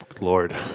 Lord